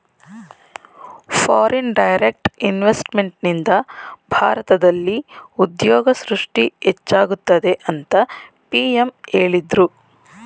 foreign direct ಇನ್ವೆಸ್ತ್ಮೆಂಟ್ನಿಂದ ಭಾರತದಲ್ಲಿ ಉದ್ಯೋಗ ಸೃಷ್ಟಿ ಹೆಚ್ಚಾಗುತ್ತದೆ ಅಂತ ಪಿ.ಎಂ ಹೇಳಿದ್ರು